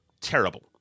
terrible